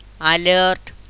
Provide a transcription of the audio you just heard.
alert